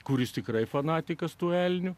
kuris tikrai fanatikas tų elnių